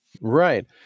Right